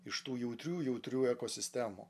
iš tų jautrių jautrių ekosistemų